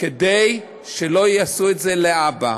כדי שלא יעשו את זה להבא.